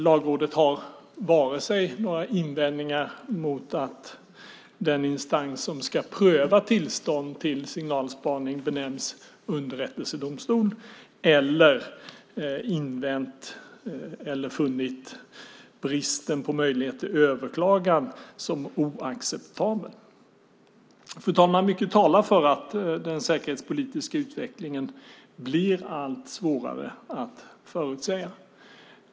Lagrådet har varken några invändningar mot att den instans som ska pröva tillstånd till signalspaning benämns underrättelsedomstol eller funnit bristen på möjlighet till överklagan oacceptabel. Fru talman! Mycket talar för att den säkerhetspolitiska utvecklingen blir allt svårare att förutsäga.